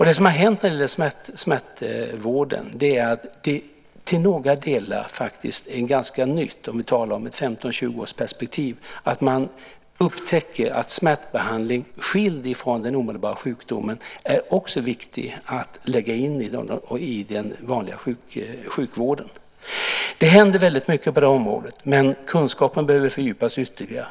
Det som har hänt när det gäller smärtvården är att det till några delar faktiskt är ganska nytt - om vi talar om ett 15-20-årsperspektiv - att man upptäcker att smärtbehandling skild från den omedelbara sjukdomen också är viktig att lägga in i den vanliga sjukvården. Det händer väldigt mycket på det området, men kunskapen behöver fördjupas ytterligare.